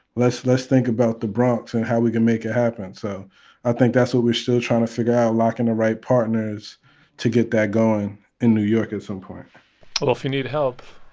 let's let's think about the bronx and how we can make it happen. so i think that's what we're still trying to figure out, locking the right partners to get that going in new york at some point well, if you need help.